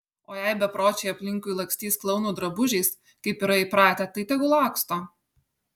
o jei bepročiai aplinkui lakstys klounų drabužiais kaip yra įpratę tai tegul laksto